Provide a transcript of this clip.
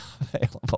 available